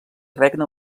regne